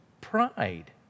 pride